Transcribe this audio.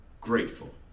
grateful